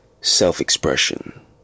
Self-expression